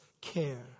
care